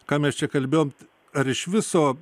ką mes čia kalbėjom ar iš viso